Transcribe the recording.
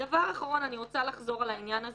דבר אחרון, אני רוצה לחזור לעניין של